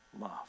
love